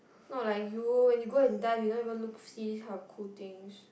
not like you when you go and dive you don't even look see this kind of cool things